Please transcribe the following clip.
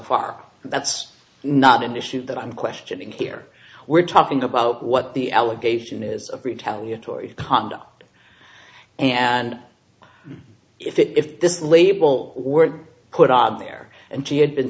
far that's not an issue that i'm questioning here we're talking about what the allegation is of retaliatory conduct and if this label were put out there and she had been